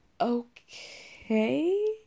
okay